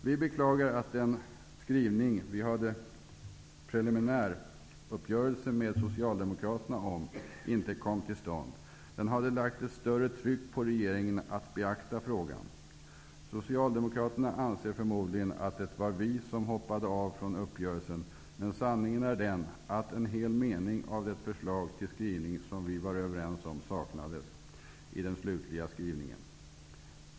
Vi beklagar att den skrivning som vi hade en prelimäruppgörelse med Socialdemokraterna om, inte kom till stånd. Den hade satt ett större tryck på regeringen att beakta frågan. Socialdemokraterna anser förmodligen att det var vi som hoppade av från uppgörelsen, men sanningen är den att en hel mening i det förslag till skrivning som vi var överens om saknades i den slutliga skrivningen.